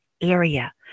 area